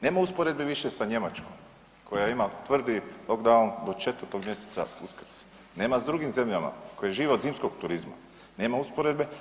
Nema usporedbi više sa Njemačkom koja ima tvrdi lockdown od 4. mj., Uskrs, nema s drugim zemljama koje žive od zimskog turizma, nema usporedbe.